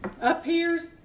appears